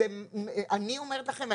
אני אומרת לכם,